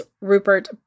Rupert